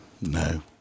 No